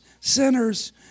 sinners